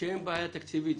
כשאין בעיה תקציבית,